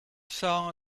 saw